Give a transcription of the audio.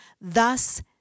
thus